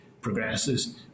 progresses